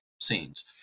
scenes